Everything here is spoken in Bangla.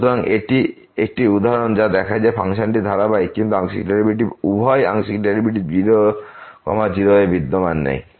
সুতরাং এটি একটি উদাহরণ যা দেখায় যে ফাংশনটি ধারাবাহিক কিন্তু আংশিক ডেরিভেটিভ উভয় আংশিক ডেরিভেটিভ 0 0এ বিদ্যমান নেই